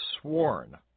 sworn